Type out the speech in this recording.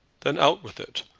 then out with it.